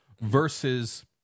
versus